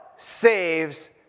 saves